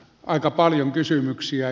aika paljon kysymyksiä